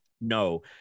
no